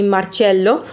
Marcello